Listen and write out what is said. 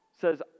says